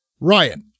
Ryan